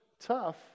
tough